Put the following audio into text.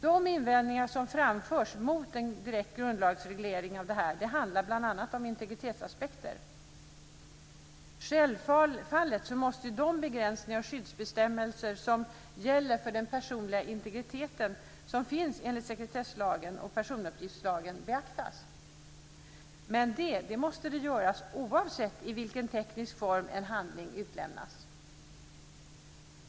De invändningar som framförs mot en direkt grundlagsreglering av detta handlar bl.a. om integritetsaspekter. Självfallet måste de begränsningar och skyddsbestämmelser som gäller för den personliga integriteten och som finns enligt sekretesslagen och personuppgiftslagen beaktas. Men det måste göras oavsett i vilken teknisk form en handling utlämnas.